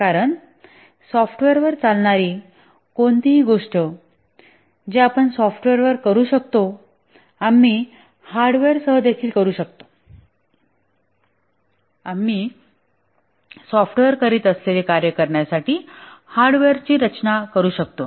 कारण सॉफ्टवेअरवर चालणारी कोणतीही गोष्ट जे आपण सॉफ्टवेअरवर करू शकतो आम्ही हार्डवेअरसह देखील करू शकतो आम्ही सॉफ्टवेअर करीत असलेले कार्य करण्यासाठी हार्डवेअरची रचना करू शकतो